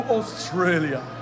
Australia